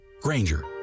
Granger